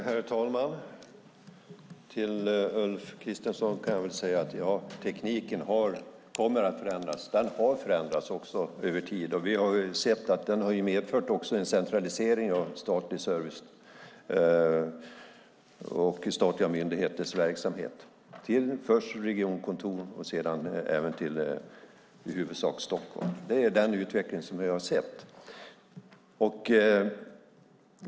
Herr talman! Till Ulf Kristersson kan jag säga: Ja, tekniken kommer att förändras. Den har också förändrats över tid. Vi har sett att den har medfört en centralisering av statlig service och statliga myndigheters verksamhet till först regionkontor och sedan i huvudsak Stockholm. Det är den utveckling vi har sett.